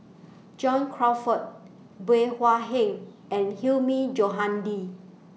John Crawfurd Bey Hua Heng and Hilmi Johandi